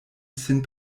sin